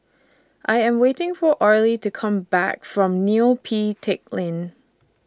I Am waiting For Orley to Come Back from Neo Pee Teck Lane